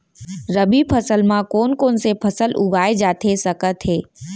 रबि फसल म कोन कोन से फसल उगाए जाथे सकत हे?